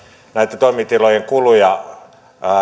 näitten toimitilojen kuluja